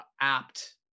apt